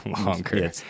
longer